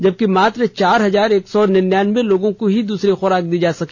जबकि मात्र चार हजार एक सौ निन्यानबे लोगों को ही दूसरी खुराक दी जा सकी